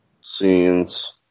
Scenes